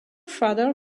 father